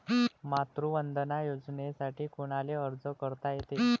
मातृवंदना योजनेसाठी कोनाले अर्ज करता येते?